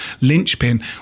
linchpin